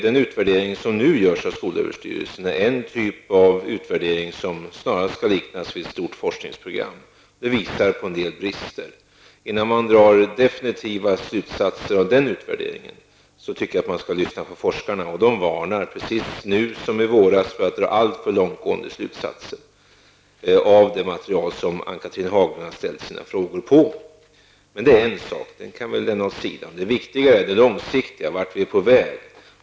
Den utvärdering som nu görs av skolöverstyrelsen kan snarast liknas vid ett stort forskningsprogram, och den visar på en del brister. Innan man drar definitiva slutsatser av denna utvärdering tycker jag att man skall lyssna till forskarna, som nu, liksom i våras, varnar för att dra alltför långtgående slutsatser av det material som Ann-Cathrine Haglund baserar sina frågor på. Detta kan emellertid lämnas åt sidan. Det viktiga är frågan i det långsiktiga perspektivet om vart vi är på väg.